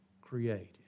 created